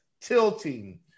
Tilting